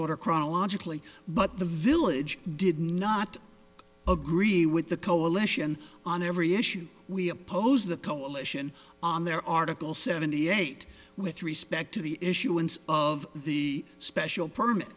order chronologically but the village did not agree with the coalition on every issue we opposed the coalition on their article seventy eight with respect to the issuance of the special permit